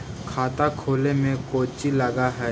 खाता खोले में कौचि लग है?